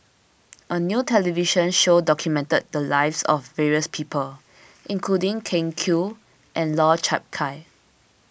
a new television show documented the lives of various people including Ken Kwek and Lau Chiap Khai